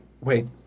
wait